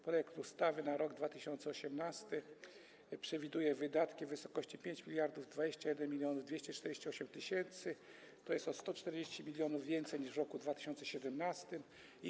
Projekt ustawy na rok 2018 przewiduje wydatki w wysokości 5 021 248 tys., tj. o 140 mln więcej niż w roku 2017.